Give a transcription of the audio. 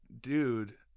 dude